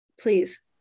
Please